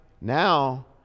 now